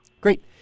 Great